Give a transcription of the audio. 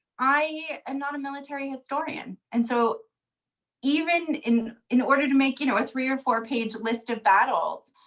i am and not a military historian, and so even in in order to make you know a three or four page list of battles,